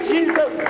Jesus